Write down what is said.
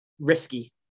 risky